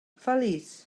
feliç